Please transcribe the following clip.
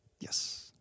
Yes